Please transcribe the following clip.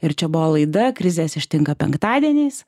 ir čia buvo laida krizės ištinka penktadieniais